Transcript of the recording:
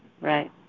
right